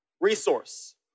Resource